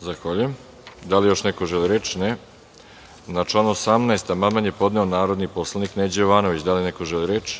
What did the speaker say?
**Veroljub Arsić** Zahvaljujem. Da li još neko želi reč? (Ne.)Na član 18. amandman je podneo narodni poslanik Neđo Jovanović. Da li još neko želi reč?